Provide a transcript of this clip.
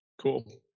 Cool